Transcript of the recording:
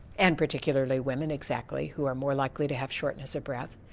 and particularly women, exactly, who are more likely to have shortness of breath.